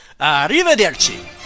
Arrivederci